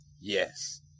yes